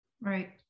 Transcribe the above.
Right